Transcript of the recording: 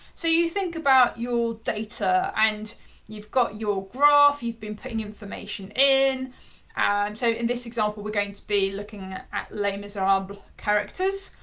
so you think about your data and you've got your graph, you've been putting information in and so in this example, we're going to be looking at les miserables characters.